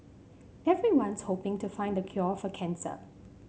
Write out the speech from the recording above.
everyone's hoping to find the cure for cancer